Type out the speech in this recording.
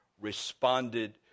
responded